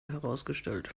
herausgestellt